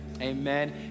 Amen